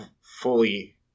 fully